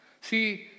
See